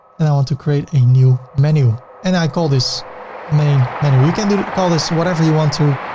and i want to create a new menu and i call this main menu. you can call this whatever you want to,